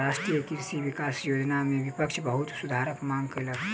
राष्ट्रीय कृषि विकास योजना में विपक्ष बहुत सुधारक मांग कयलक